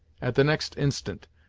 at the next instant,